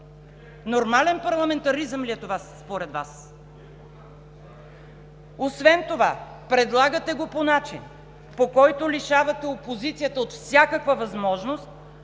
Нормален парламентаризъм ли е това според Вас? Освен това, предлагате го по начин, по който лишавате опозицията от всякаква възможност